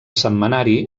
setmanari